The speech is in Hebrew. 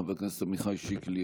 חבר הכנסת עמיחי שיקלי,